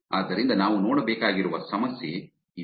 ಆದ್ದರಿಂದ ನಾವು ನೋಡಬೇಕಾಗಿರುವ ಸಮಸ್ಯೆ ಇದು